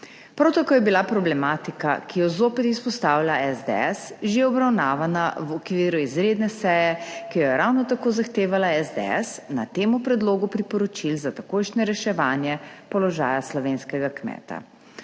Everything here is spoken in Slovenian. Prav tako je bila problematika, ki jo zopet izpostavlja SDS, že obravnavana v okviru izredne seje, ki jo je ravno tako zahtevala SDS na temu predlogu priporočil za takojšnje reševanje položaja slovenskega kmeta.